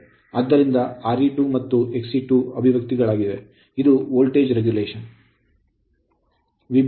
ಆದ್ದರಿಂದ Re2ಮತ್ತು Xe2 ಅಭಿವ್ಯಕ್ತಿತಿಳಿದಿದೆ ಇದು ವೋಲ್ಟೇಜ್ regulation ನಿಯಂತ್ರಣವಾಗಿದೆ